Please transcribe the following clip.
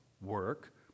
work